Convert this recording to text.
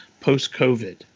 Post-COVID